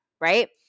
Right